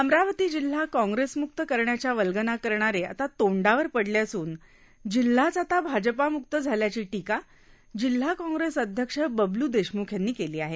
अमरावती जिल्हा काँग्रेसम्क्त करण्याच्या वल्गना करणारे आता तोंडावर पडले असून जिल्हाच आता भाजपा म्क्त झाल्याची टीका जिल्हा काँग्रेस अध्यक्ष बबलू देशम्ख यांनी केली आहे